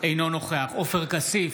אינו נוכח עופר כסיף,